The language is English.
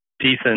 decent